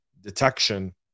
detection